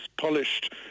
polished